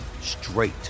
straight